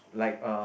like uh